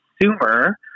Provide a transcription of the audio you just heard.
consumer